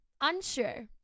unsure